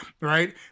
right